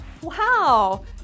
Wow